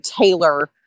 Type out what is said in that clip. tailor